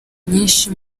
myinshi